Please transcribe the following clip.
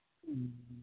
ꯎꯝ